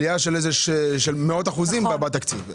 עלייה של מאות אחוזים בתקציב.